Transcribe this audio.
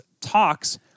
talks